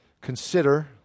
consider